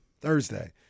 Thursday